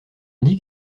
dit